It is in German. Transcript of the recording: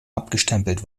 abgestempelt